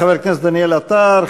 תודה לחבר הכנסת דניאל עטר.